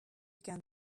began